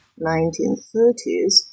1930s